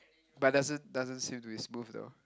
but doesn't doesn't seem to be smooth though